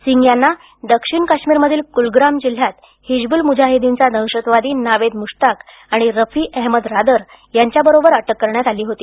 सिंग यांना दक्षिण काश्मिरमधील कुलग्राम जिल्ह्यात हिजबूल मुजाहिदिनचा दहशतवादी नावेद मुश्ताक आणि रफी अहमद रादर यांच्याबरोबर अटक करण्यात आली होती